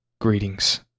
Greetings